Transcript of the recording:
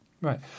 Right